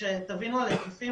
שתבינו על יחסים,